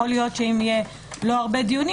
יכול להיות שאם לא יהיו הרבה דיונים,